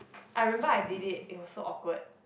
I remember I did it it was so awkward